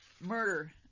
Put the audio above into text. murder